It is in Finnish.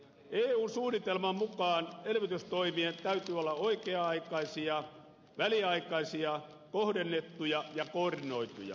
eun suunnitelman mukaan elvytystoimien täytyy olla oikea aikaisia väliaikaisia kohdennettuja ja koordinoituja